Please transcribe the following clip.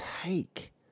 take